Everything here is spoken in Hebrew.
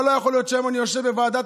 אבל לא יכול להיות שהיום אני יושב בוועדת